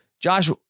josh